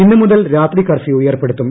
ഇന്നുമുതൽ രാത്രി കർഫ്യൂ ഏർപ്പെടുത്തും